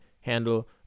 Handle